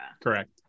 Correct